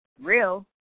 real